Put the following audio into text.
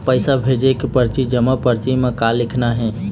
पैसा भेजे के परची जमा परची म का लिखना हे?